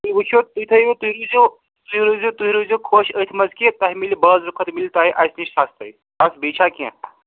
تُہۍ وُچھو تُہۍ تھٲیِو تُہۍ ییٖزیٚو تُہۍ روٗزِو تُہۍ روٗزِو خۄش أتھۍ منٛز کہِ تۄہہِ میلہِ بازرٕ کھۄتہٕ میلہِ تۄہہِ اَسہِ نِش سستَے بس بیٚیہِ چھا کیٚنٛہہ